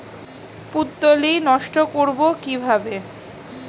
পুত্তলি নষ্ট করব কিভাবে?